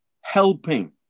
Helping